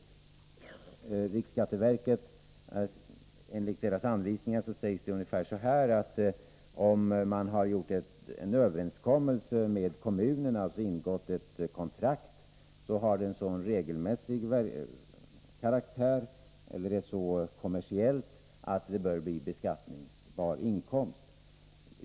I riksskatteverkets anvisningar sägs det, att om man har träffat en överenskommelse med kommunen, alltså ingått ett kontrakt, så har verksamheten en sådan regelmässig karaktär eller är så kommersiell att inkomsterna bör bli beskattningsbara.